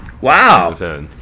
Wow